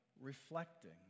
reflecting